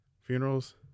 Funerals